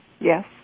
Yes